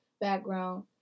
background